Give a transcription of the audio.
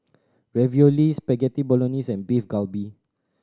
Ravioli Spaghetti Bolognese and Beef Galbi